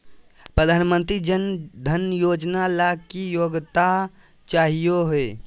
प्रधानमंत्री जन धन योजना ला की योग्यता चाहियो हे?